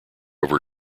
over